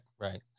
Right